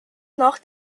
nach